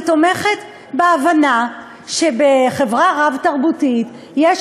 אני תומכת בהבנה שבחברה רב-תרבותית יש